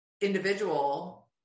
individual